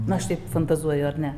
na štai fantazuoju ar ne